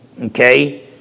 Okay